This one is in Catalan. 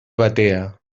batea